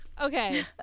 Okay